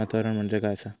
वातावरण म्हणजे काय आसा?